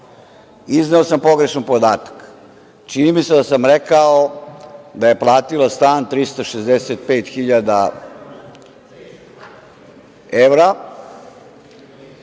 izneo sam pogrešan podatak. Čini mi se da sam rekao da je platila stan 365 hiljada